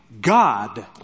God